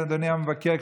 אדוני המבקר,